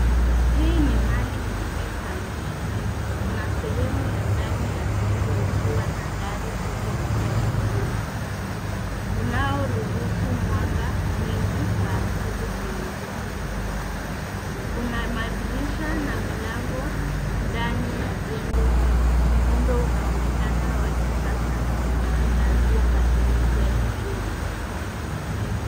Hii ni mali isiyohamishika. Kuna sehemu ya ndani ya jengo ikiwa na dari kubwa yakioo unaoruhusu mwanga mwingi wa asili kuingia. Kuna madirisha na milango ndani ya jengo hili. Muundo unaonekana wa kisasa na unaangazia matumizi ya kioo.